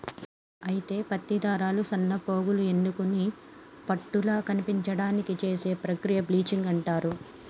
అయితే పత్తి దారాలు సన్నపోగులు ఎన్నుకొని పట్టుల కనిపించడానికి చేసే ప్రక్రియ బ్లీచింగ్ అంటారు